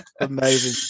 Amazing